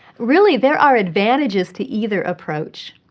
really, there are advantages to either approach.